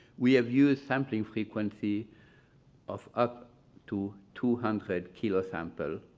we have used sampling frequency of up to two hundred kilo samples